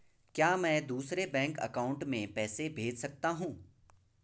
क्या मैं दूसरे बैंक अकाउंट में पैसे भेज सकता हूँ?